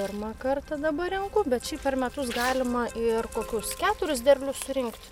pirmą kartą dabar renku bet šiaip per metus galima ir kokius keturis derlius surinkt